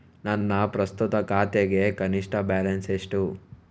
ನನ್ನ ಪ್ರಸ್ತುತ ಖಾತೆಗೆ ಕನಿಷ್ಠ ಬ್ಯಾಲೆನ್ಸ್ ಎಷ್ಟು?